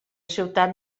ciutat